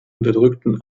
unterdrückten